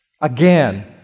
Again